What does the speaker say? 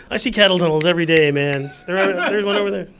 i see cattle tunnels everyday, man. there's and there's one over there.